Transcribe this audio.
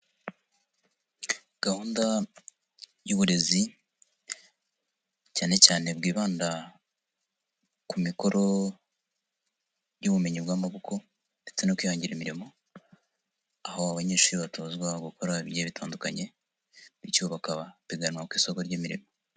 Gahunda y'uburezi, cyane cyane bwibanda ku mikoro y'ubumenyi bw'amaboko ndetse no kwihangira imirimo, aho abanyeshuri batozwa gukora ibigiye bitandukanye, bityo bakaba bapiganwa ku isoko ry'imirimo.